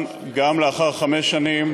גם לאחר חמש שנים,